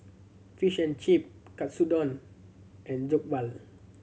Fish and Chip Katsudon and Jokbal